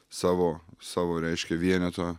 savo savo reiškia vieneto